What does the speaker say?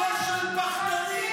חבר הכנסת אחמד טיבי.